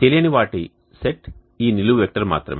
తెలియని వాటి సెట్ ఈ నిలువు వెక్టర్ మాత్రమే